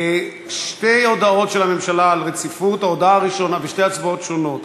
שתי הודעות של הממשלה על החלת רציפות בשתי הצבעות שונות: